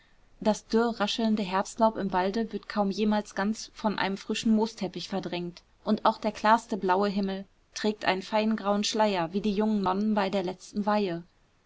das dürr raschelnde herbstlaub im walde wird kaum jemals ganz von einem frischen moosteppich verdrängt und auch der klarste blaue himmel trägt einen feinen grauen schleier wie die jungen nonnen bei der letzten weihe